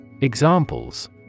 Examples